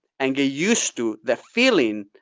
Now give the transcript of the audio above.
and get used to the feeling,